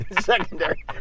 Secondary